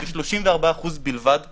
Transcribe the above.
34% בלבד עברו.